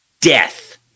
Death